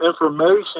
information